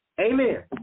Amen